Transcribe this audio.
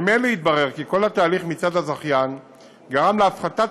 ממילא התברר כי כל התהליך מצד הזכיין גרם להפחתת